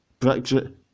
Brexit